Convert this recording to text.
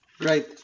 Right